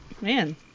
Man